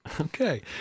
Okay